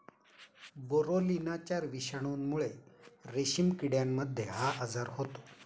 बोरोलिनाच्या विषाणूमुळे रेशीम किड्यांमध्ये हा आजार होतो